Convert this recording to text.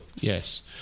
Yes